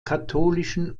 katholischen